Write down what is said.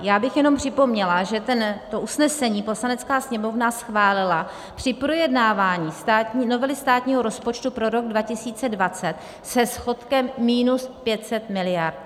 Já bych jenom připomněla, že to usnesení Poslanecká sněmovna schválila při projednávání novely státního rozpočtu pro rok 2020 se schodkem minus 500 miliard.